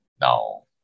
No